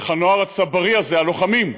איך הנוער הצברי הזה, הלוחמים,